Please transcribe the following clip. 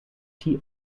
tee